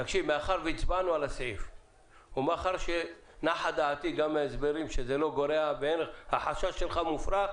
מאחר והצבענו על הסעיף ומאחר ונחה דעתי שזה לא גורע והחשש שלך מופרך,